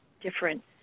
different